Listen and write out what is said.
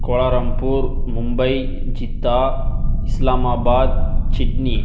Kuala Lumpur Mumbai Jeddah Islamabad Sydney